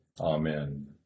Amen